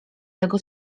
tego